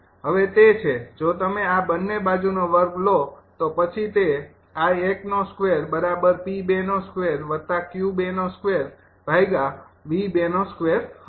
હવે તે છે જો તમે આ બંને બાજુનો વર્ગ લો તો પછી તે હશે